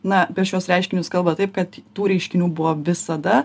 na apie šiuos reiškinius kalba taip kad tų reiškinių buvo visada